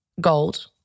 gold